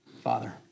Father